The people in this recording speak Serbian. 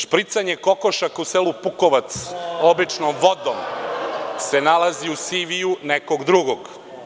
Špricanje kokošaka u selu Pukovac, običnom vodom, se nalazi u CV nekog drugog.